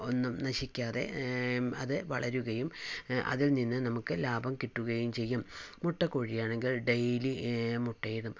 ഒന്നും നശിക്കാതെ അത് വളരുകയും അതിൽ നിന്ന് നമുക്ക് ലാഭം കിട്ടുകയും ചെയ്യും മുട്ടക്കോഴി ആണെങ്കിൽ ഡെയിലി മുട്ടയിടും